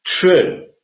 true